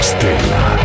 Stella